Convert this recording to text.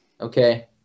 Okay